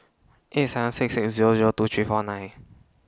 eight seven six six Zero Zero two three four nine